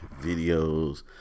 videos